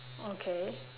okay